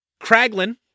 craglin